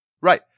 Right